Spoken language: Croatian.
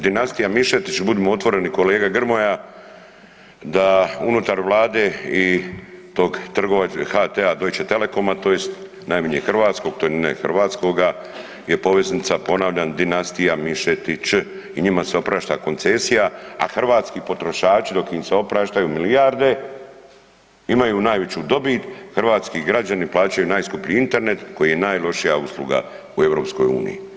Dinastija Mišetić, budimo otvoreni kolega Grmoja, da unutar Vlade i tog HT-a, Deutsche telekoma tj. najmanje hrvatskog, to ... hrvatskoga je poveznica ponavljam, dinastija Mišetić i njima se oprašta koncesija a hrvatski potrošači dok se im opraštaju milijarde, imaju veću dobit, hrvatski građani plaćaju najskuplji internet koji je najlošija usluga u EU-u.